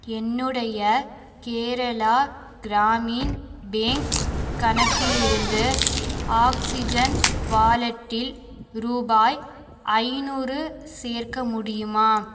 என்னுடைய கேரளா கிராமின் பேங்க் கணக்கிலிருந்து ஆக்ஸிஜன் வாலட்டில் ரூபாய் ஐநூறு சேர்க்க முடியுமா